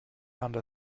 under